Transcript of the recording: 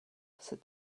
said